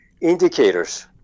indicators